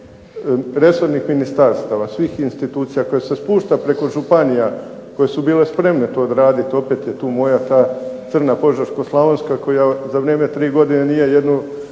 resornih ministarstva svih institucija koje se spušta preko županija koje su bile spremne to odraditi. Opet je tu moja ta crna Požeško-slavonska koja za vrijeme tri godine nije jednu